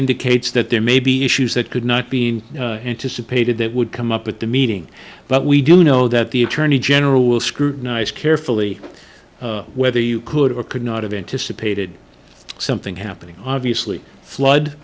indicates that there may be issues that could not be anticipated that would come up at the meeting but we do know that the attorney general will scrutinize carefully whether you could or could not have anticipated something happening obviously flood